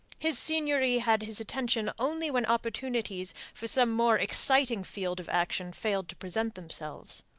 his seigneury had his attention only when opportunities for some more exciting field of action failed to present themselves.